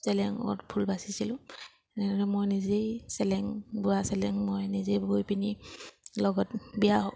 চেলেঙত ফুল বাচিছিলোঁ তেনেদৰে মই নিজেই চেলেং বোৱা চেলেং মই নিজেই বৈ পিনি লগত বিয়া